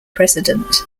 president